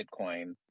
Bitcoin